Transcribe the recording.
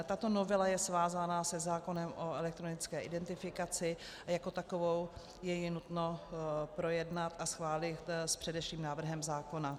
Tato novela je svázána se zákonem o elektronické identifikaci a jako takovou je ji nutno projednat a schválit s předešlým návrhem zákona.